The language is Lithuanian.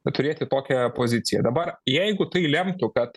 turėti tokią poziciją dabar jeigu tai lemtų kad